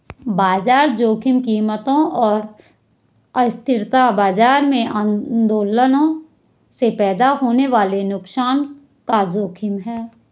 बाजार जोखिम कीमतों और अस्थिरता बाजार में आंदोलनों से पैदा होने वाले नुकसान का जोखिम है